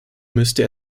müsste